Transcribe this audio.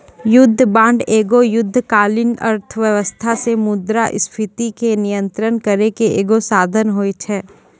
युद्ध बांड एगो युद्धकालीन अर्थव्यवस्था से मुद्रास्फीति के नियंत्रण करै के एगो साधन होय छै